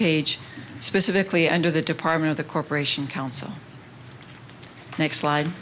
page specifically under the department of the corporation council next sli